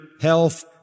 health